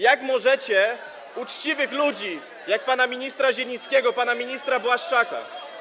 Jak możecie uczciwych ludzi, jak pana ministra Zielińskiego, pana ministra Błaszczaka.